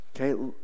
okay